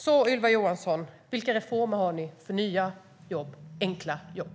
Så Ylva Johansson: Vilka reformer har ni för nya, enkla jobb?